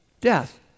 Death